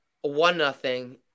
One-nothing